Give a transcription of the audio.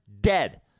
Dead